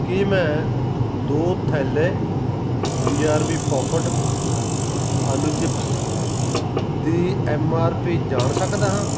ਕੀ ਮੈਂ ਦੋ ਥੈਲੈ ਬੀ ਆਰ ਬੀ ਪੌਪਡ ਆਲੂ ਚਿਪਸ ਦੀ ਐੱਮ ਆਰ ਪੀ ਜਾਣ ਸਕਦਾ ਹਾਂ